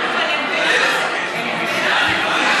תעלה לסכם.